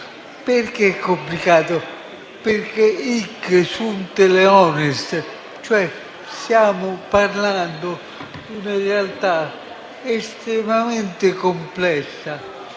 È complicato perché *hic sunt leones*, cioè siamo parlando di una realtà estremamente complessa,